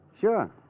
Sure